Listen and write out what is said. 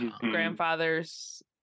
grandfather's